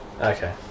Okay